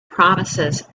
promises